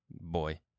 Boy